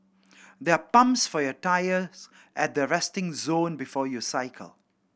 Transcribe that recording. there are pumps for your tyres at the resting zone before you cycle